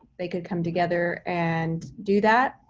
they could come together and do that.